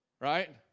right